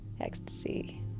ecstasy